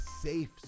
safe